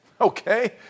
Okay